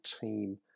team